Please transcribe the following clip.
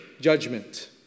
judgment